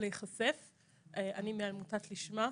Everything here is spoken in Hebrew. מעמותת לשמ"ה.